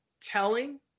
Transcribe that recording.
telling